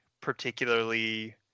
particularly